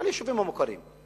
על היישובים המוכרים.